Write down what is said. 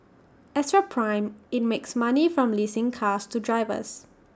as for prime IT makes money from leasing cars to drivers